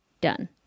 Done